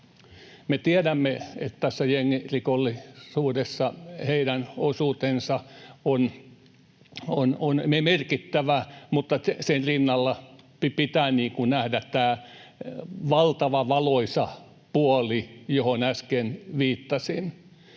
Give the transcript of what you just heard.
Me tiedämme, että tässä jengirikollisuudessa heidän osuutensa on merkittävä, mutta sen rinnalla pitää nähdä tämä valtava valoisa puoli, johon äsken viittasin.